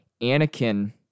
Anakin